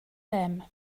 them